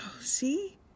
See